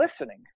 listening